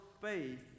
faith